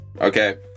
okay